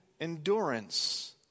endurance